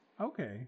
Okay